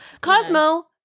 Cosmo